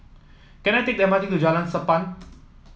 can I take the M R T to Jalan Sappan